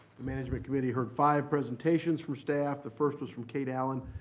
the management committee heard five presentations from staff. the first was from kate allen,